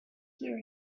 hear